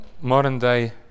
modern-day